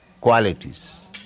qualities